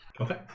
Okay